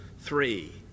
three